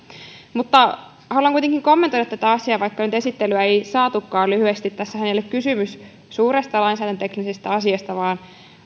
haluan kuitenkin kommentoida tätä asiaa lyhyesti vaikka nyt esittelyä ei saatukaan tässähän ei ole kysymys suuresta lainsäädäntöteknisestä asiasta vaan